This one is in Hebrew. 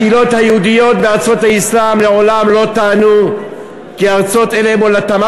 הקהילות היהודיות בארצות האסלאם מעולם לא טענו כי ארצות אלה הן מולדתן.